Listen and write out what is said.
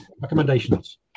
recommendations